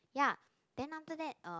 ya then after that uh